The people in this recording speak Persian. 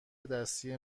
دستی